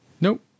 Nope